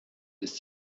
ist